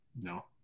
no